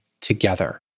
together